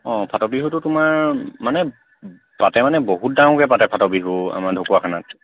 অঁ ফাট বিহুটো তোমাৰ মানে তাতে মানে বহুত ডাঙৰকৈ পাতে ফাট বিহু আমাৰ ঢকুৱাখানাত